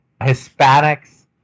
Hispanics